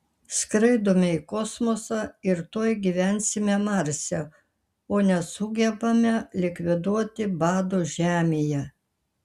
skraidome į kosmosą ir tuoj gyvensime marse o nesugebame likviduoti bado žemėje